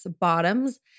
bottoms